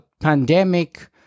pandemic